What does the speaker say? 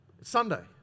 Sunday